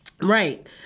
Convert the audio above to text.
Right